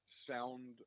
sound